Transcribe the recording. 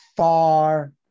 far